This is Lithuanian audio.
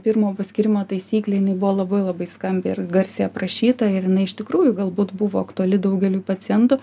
pirmo paskyrimo taisyklė jinai buvo labai labai skambiai ir garsiai aprašyta ir jinai iš tikrųjų galbūt buvo aktuali daugeliui pacientų